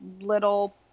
little